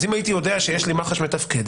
אז אם הייתי יודע שיש לי מח"ש מתפקדת